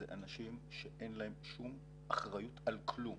אלה אנשים שאין להם שום אחריות על כלום